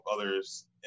others